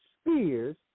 spears